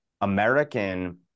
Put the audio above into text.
American